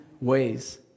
ways